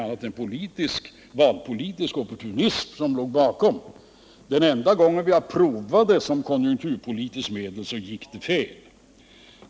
Det var valpolitisk opportunism som låg bakom. Den enda gång vi prövade momsen såsom konjunkturpolitiskt medel gick det fel.